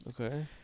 okay